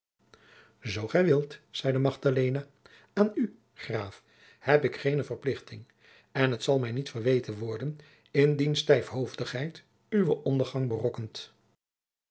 als gij wilt zeide magdalena aan u graaf heb ik geene verplichting en het zal mij niet verweten worden indien stijfhoofdigheid uwe ondergang berokkent